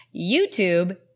YouTube